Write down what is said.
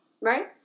Right